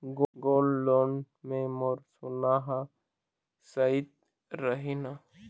Gold loan मे मोर सोना हा सइत रही न?